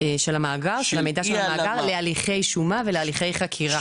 של המאגר להליכי שומה ולהליכי חקירה.